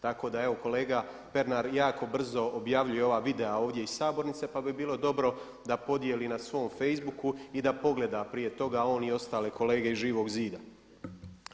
Tako da evo kolega Pernar jako brzo objavljuje ova videa ovdje iz sabornice pa bi bilo dobro da podjeli na svom facebooku i da pogleda prije toga on i ostale kolege iz Živog zida.